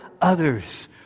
others